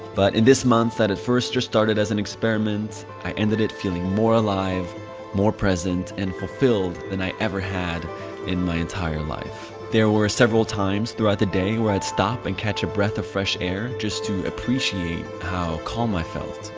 but in this month that it first started as an experiment i ended it feeling more alive more present and fulfilled than i ever had in my entire life there were several times throughout the day where i'd stop and catch a breath of fresh air just to appreciate how calm i felt?